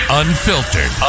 unfiltered